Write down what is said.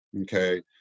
okay